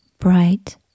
Bright